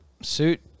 suit